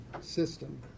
system